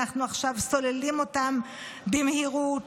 עכשיו אנחנו סוללים אותם במהירות.